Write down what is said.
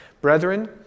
Brethren